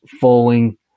falling